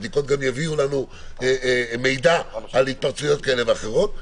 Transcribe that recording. הבדיקות גם יביאו לנו מידע על התפרצויות כאלה ואחרות.